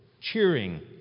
cheering